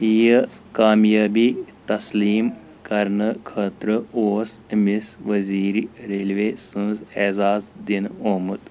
یہِ کامیٲبی تسلیٖم کرنہٕ خٲطرٕ اوس أمِس ؤزیٖرِ ریلوے سٟنٛز اعزاز دِنہٕ آمُت